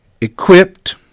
equipped